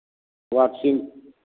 वापसी